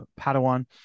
padawan